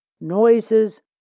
noises